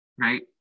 right